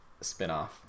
spin-off